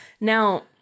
Now